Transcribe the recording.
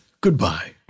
goodbye